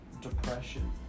depression